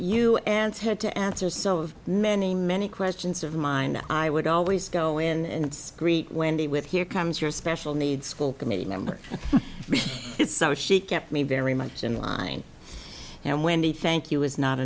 you and had to answer so many many questions of mine i would always go in and greet wendy with here comes your special needs school committee member so she kept me very much in line and wendy thank you was not